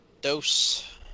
Dose